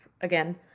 again